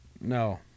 No